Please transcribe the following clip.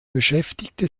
beschäftigte